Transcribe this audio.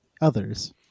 others